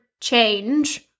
change